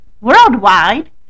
Worldwide